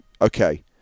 Okay